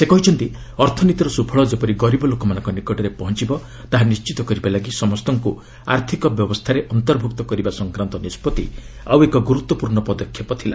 ସେ କହିଛନ୍ତି ଅର୍ଥନୀତିର ସ୍ରଫଳ ଯେପରି ଗରିବ ଲୋକମାନଙ୍କ ନିକଟରେ ପହଞ୍ଚବ ତାହା ନିର୍ଣ୍ଣିତ କରିବାଲାଗି ସମସ୍ତଙ୍କ ଆର୍ଥିକ ବ୍ୟବସ୍ଥାରେ ଅନ୍ତର୍ଭ୍ରକ୍ତ କରିବା ସଂକ୍ରାନ୍ତ ନିଷ୍କତ୍ତି ଆଉ ଏକ ଗ୍ରରତ୍ୱପୂର୍ଣ୍ଣ ପଦକ୍ଷେପ ଥିଲା